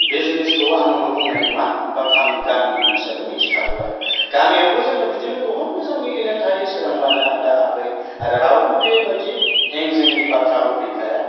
बे जिनिसखौ आंल' बुंनाय नङा बा गामिनि मानसियाबो मिथिखागौ आरो गामियावबो जोङो बिदिनो बहुद मोजां मिलिनानै थायो सोरांबानो आदा आगै आरो रावबो बे बिदि हें जेंनि बाथ्राबो फैखाया